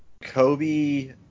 Kobe